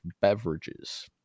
beverages